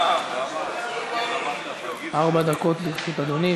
ארבע דקות לרשות אדוני.